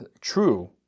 true